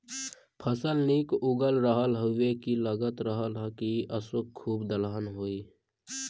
फसल निक उगल रहल हउवे की लगत रहल की असों खूबे दलहन होई